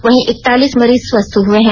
वहीं एकतालीस मरीज स्वस्थ हए हैं